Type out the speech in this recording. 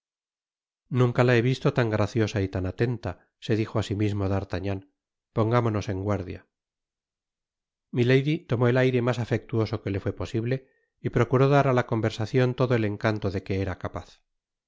nunca la he visto tan graciosa y tan atenta se dijo á si mismo d'artagnan pongámonos en guardia milady tomó el aire mas afectuoso que le fué posible y procuró dar á la conversacion todo el encanto de que era capaz al